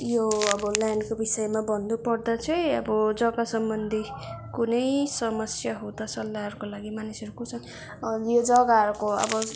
यो अब ल्यान्डको विषयमा भन्नु पर्दा चाहिँ अब जग्गा सम्बन्धी कुनै समस्या हुँदा सल्लाहको लागि मानिसहरू कोसँग यो जग्गाहरूको अब